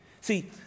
See